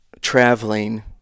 traveling